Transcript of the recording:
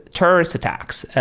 terrorists attacks,